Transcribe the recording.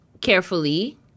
carefully